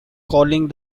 calling